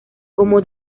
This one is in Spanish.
como